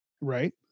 Right